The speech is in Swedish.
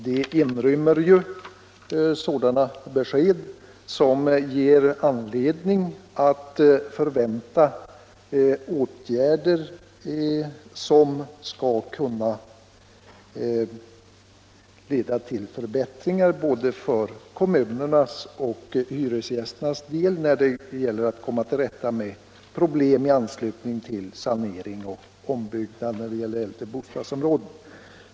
Det rymmer besked som ger anledning att förvänta åtgärder som kan leda till förbättringar både för kommunerna och för hyresgästernas del när det gäller att komma till rätta med problem i anslutning till sanering och ombyggnad i äldre bostadsområden.